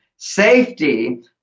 Safety